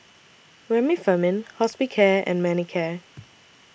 Remifemin Hospicare and Manicare